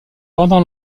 pendant